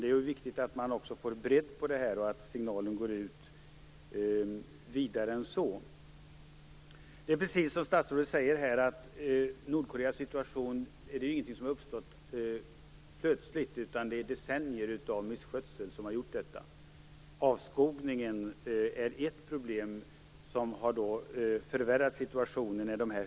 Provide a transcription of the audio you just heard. Det är viktigt att man får en bredd på arbetet och att signalen når ut vidare än så. Som statsrådet säger har Nordkoreas situation inte uppstått plötsligt, utan det är decennier av misskötsel som lett fram till den. Ett problem som har förvärrat situationen är avskogningen.